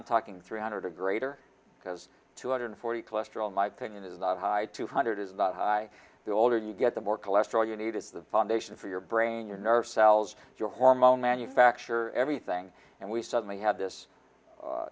i'm talking three hundred a greater because two hundred forty cholesterol my opinion is not high two hundred is not high the older you get the more cholesterol you need is the foundation for your brain your nerve cells your hormone manufacture everything and we suddenly have this